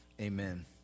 Amen